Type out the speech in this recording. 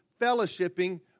fellowshipping